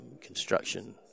construction